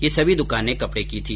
ये सभी दुकाने कपड़े की थी